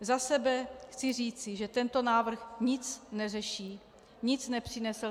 Za sebe chci říci, že tento návrh nic neřeší, nic nepřinese.